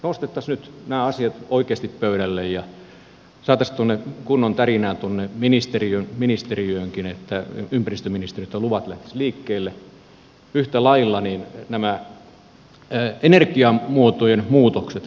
nostettaisiin nyt nämä asiat oikeasti pöydälle ja saataisiin kunnon tärinää tuonne ministeriöönkin että ympäristöministeriöstä luvat lähtisivät liikkeelle yhtä lailla nämä energiamuotojen muutokset